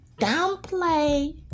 downplay